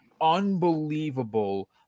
unbelievable